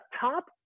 top